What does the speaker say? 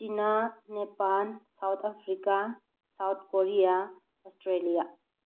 China Nepal South Africa South Korea Australia